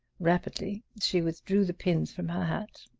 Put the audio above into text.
rapidly she withdrew the pins from her hat,